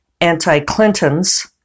anti-Clinton's